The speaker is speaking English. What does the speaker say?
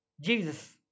Jesus